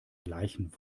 gleichen